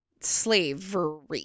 slavery